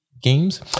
games